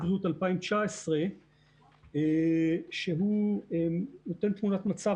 2017 2019. בתקופה שבה נכתב דוח מבקר המדינה